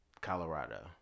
Colorado